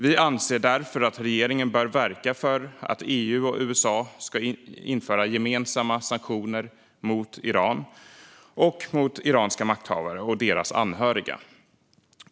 Vi anser därför att regeringen bör verka för att EU och USA ska införa gemensamma sanktioner mot Iran, iranska makthavare och deras anhöriga.